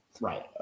right